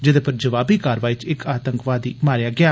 जेदे पर जवाबी कारवाई च इक आतंकवादी मारेआ गेआ